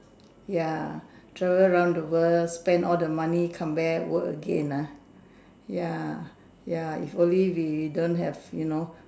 ya travel around the world spend all the money come back work again ah ya ya if only we don't have you know